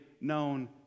known